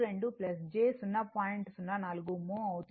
04 మో అవుతుంది